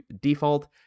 default